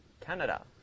Canada